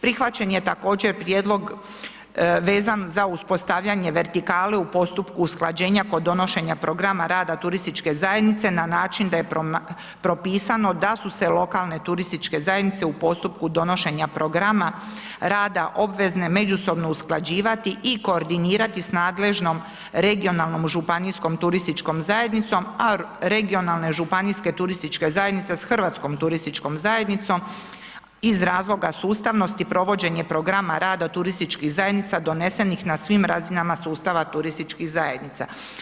Prihvaćen je također prijedlog vezan za uspostavljanje vertikale u postupku usklađenja kod donošenja programa rada turističke zajednice na način da je propisano da su se lokalne turističke zajednice u postupku donošenja programa rada obvezne međusobno usklađivati i koordinirati s nadležnom regionalnom županijskom turističkom zajednicom a regionalne županijske turističke zajednice s Hrvatskom turističkom zajednicom iz razloga sustavnosti provođenja programa rada turističkih zajednica donesenih na svim razinama sustava turističkih zajednica.